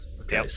Okay